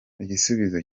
igisubizo